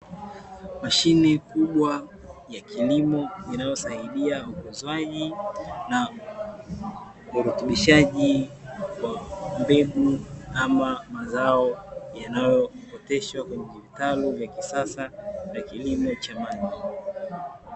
Mashine kubwa ya kilimo inayosaidia ukuzwaji na urutubishaji wa mbegu kama mazao yanayooteshwa katika vitalu vya kisasa ya kilimo cha maji.